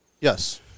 Yes